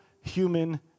human